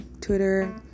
Twitter